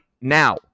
now